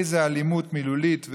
איזו אלימות מילולית,